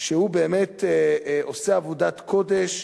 שהוא באמת עושה עבודת קודש,